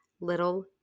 little